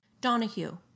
Donahue